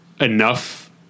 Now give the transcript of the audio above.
enough